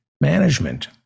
management